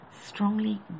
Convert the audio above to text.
strongly